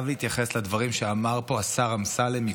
קודם אני חייב להתייחס לדברים שאמר פה השר אמסלם.